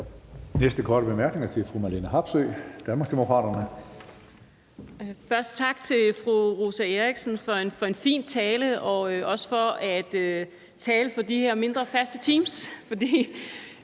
Næste korte bemærkning er til fru Marlene Harpsøe, Danmarksdemokraterne. Kl. 16:35 Marlene Harpsøe (DD): Først tak til fru Rosa Eriksen for en fin tale og også for at tale for de her mindre, faste teams, for